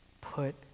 put